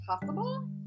possible